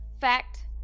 fact